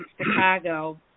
Chicago